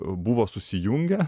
buvo susijungę